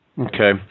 Okay